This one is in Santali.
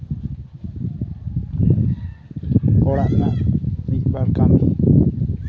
ᱚᱲᱟᱜ ᱨᱮᱱᱟᱜ ᱢᱤᱫᱼᱵᱟᱨ ᱠᱟᱢᱤ